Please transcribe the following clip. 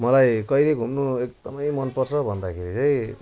मलाई कहिले घुम्नु एकदमै मन पर्छ भन्दाखेरि चाहिँ